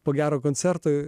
po gero koncerto